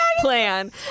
plan